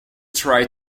try